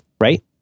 right